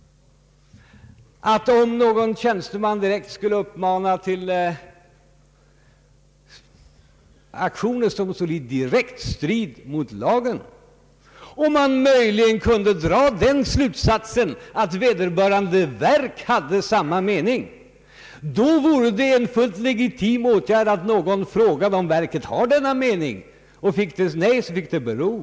Om t.ex. någon tjänsteman direkt skulle uppmana till aktioner, som stod i strid mot lagen, och man möjligen kunde dra den slutsatsen att vederbörande verk, där tjänstemannen var anställd, hade samma mening, då vore det en fullt legitim åtgärd att fråga om verket hade denna åsikt. Om svaret blev nej, fick saken bero.